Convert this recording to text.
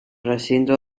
recinto